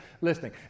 listening